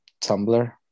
tumblr